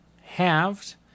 halved